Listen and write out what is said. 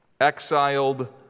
Exiled